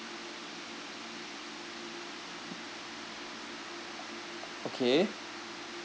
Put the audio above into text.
okay